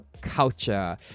culture